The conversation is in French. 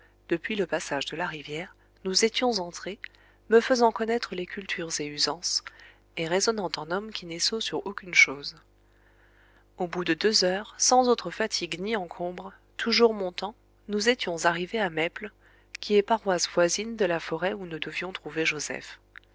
depuis le passage de la rivière nous étions entrés me faisant connaître les cultures et usances et raisonnant en homme qui n'est sot sur aucune chose au bout de deux heures sans autre fatigue ni encombre toujours montant nous étions arrivés à mesples qui est paroisse voisine de la forêt où nous devions trouver joseph